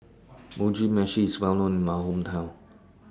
Mugi Meshi IS Well known in My Hometown